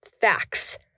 facts